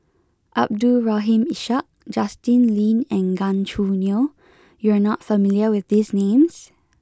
Abdul Rahim Ishak Justin Lean and Gan Choo Neo you are not familiar with these names